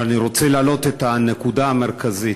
אבל אני רוצה להעלות את הנקודה המרכזית: